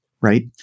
Right